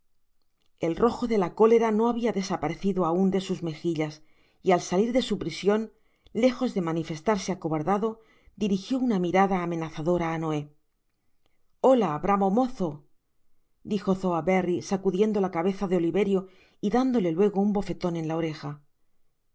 el rojo de la cólera no había desaparecido aun de sus megillas y al salir de su prision lejos de manifestarse acobardado dirigió una mirada amenazadora á txoé ola bravo mozo dijo sowerberry sacudiendo la cabeza de oliverio y dándole luego un bofeton en la oreja porque